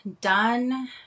done